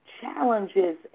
challenges